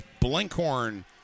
Blinkhorn